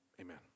amen